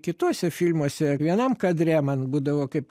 kituose filmuose vienam kadre man būdavo kaip